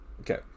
Okay